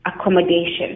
accommodation